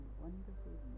wonderful